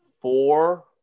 Four